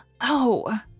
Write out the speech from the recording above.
Oh